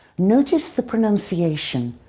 notice the pronunciation.